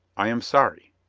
i am sorry.